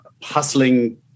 hustling